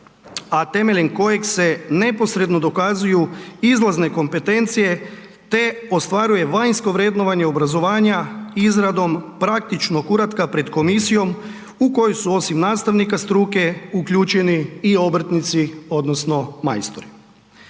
a temeljem kojeg se neposredno dokazuju izlazne kompetencije te ostvaruje vanjsko vrednovanje obrazovanja izradom praktičnog uratka pred komisijom u kojoj su osim nastavnika struke uključeni i obrtnici odnosno majstori.